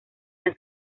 las